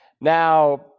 Now